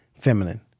feminine